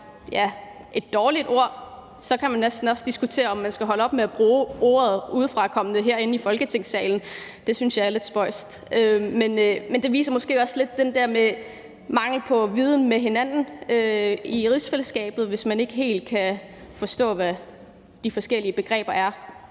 være et dårligt ord, kan man næsten også diskutere, om man skal holde op med at bruge ordet udefrakommende herinde i Folketingssalen. Det synes jeg er lidt spøjst. Men det viser måske også lidt det der med manglen på viden om hinanden i rigsfællesskabet, hvis man ikke helt kan forstå, hvad de forskellige begreber er.